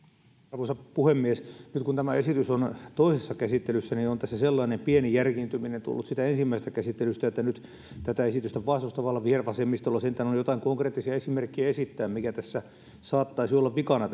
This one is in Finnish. arvoisa puhemies nyt kun tämä esitys on toisessa käsittelyssä niin on tässä sellainen pieni järkiintyminen tullut siitä ensimmäisestä käsittelystä että nyt tätä esitystä vastustavalla vihervasemmistolla sentään on on joitain konkreettisia esimerkkejä esittää mikä tässä hallituksen esityksessä saattaisi olla vikana